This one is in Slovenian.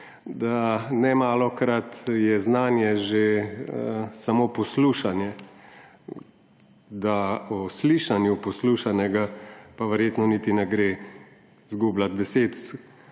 da nemalokrat je znanje že samo poslušanje, da o slišanju poslušanega pa verjetno niti ne gre izgubljati besed,